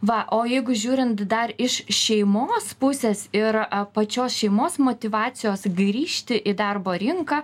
va o jeigu žiūrint dar iš šeimos pusės ir a pačios šeimos motyvacijos grįžti į darbo rinką